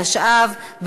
התשע"ו 2016,